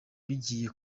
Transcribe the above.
bigiye